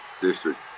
district